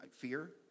fear